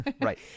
right